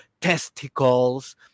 testicles